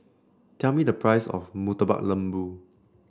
tell me the price of Murtabak Lembu